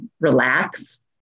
relax